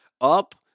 up